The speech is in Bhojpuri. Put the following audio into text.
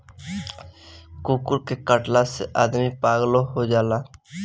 कुकूर के कटला से आदमी पागलो हो जाला